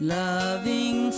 loving